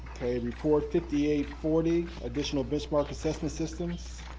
okay, report fifty eight forty, additional benchmark assessment systems.